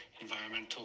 environmental